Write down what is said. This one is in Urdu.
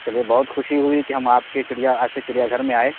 بہت خوشی ہوئی کہ ہم آپ کے چڑیا چڑیا گھر میں آئے